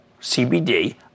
CBD